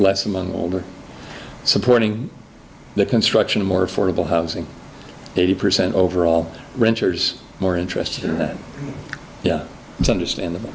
less among older supporting the construction of more affordable housing eighty percent overall renters more interested in that it's understandable